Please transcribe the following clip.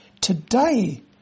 Today